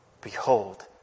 behold